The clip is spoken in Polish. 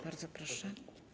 Bardzo proszę.